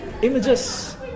Images